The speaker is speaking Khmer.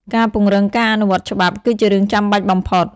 ការពង្រឹងការអនុវត្តច្បាប់ គឺជារឿងចាំបាច់បំផុត។